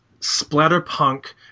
splatterpunk